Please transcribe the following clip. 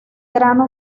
grano